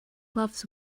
gloves